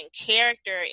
character